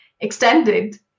extended